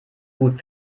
gut